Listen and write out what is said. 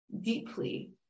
deeply